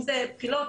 בחילות,